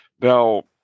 Now